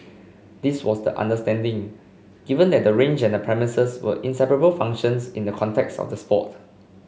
this was the understanding given that the range and the premises were inseparable functions in the contexts of the sport